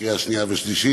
לקריאה שנייה ושלישית.